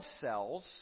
cells